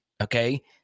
Okay